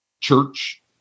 church